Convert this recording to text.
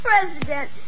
president